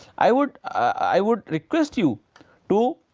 i would i would request you to,